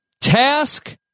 Task